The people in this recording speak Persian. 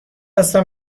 هستم